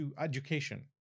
education